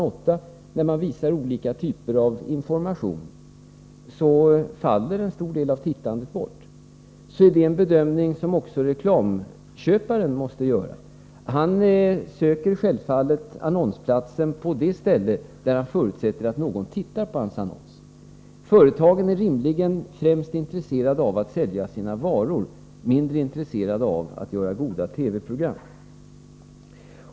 8, när det visas olika typer av information, faller en stor del av tittandet bort. Det är en bedömning som också reklamköparen måste göra. Han söker självfallet annonsplatsen på det ställe där han förutsätter att någon tittar på hans annons. Företagen är rimligtvis främst intresserade av att sälja sina varor och mindre intresserade av att göra goda TV-program.